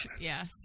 Yes